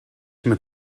met